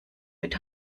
mit